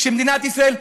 כשמדינת ישראל,